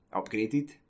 upgraded